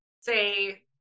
say